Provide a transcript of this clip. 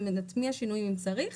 נטמיע שינויים אם צריך,